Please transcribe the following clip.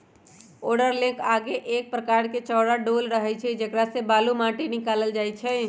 लोडरके आगे एक प्रकार के चौरा डोल रहै छइ जेकरा से बालू, माटि निकालल जाइ छइ